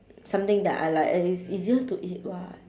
something that I like and it's easier to eat [what]